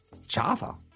Java